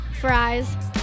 fries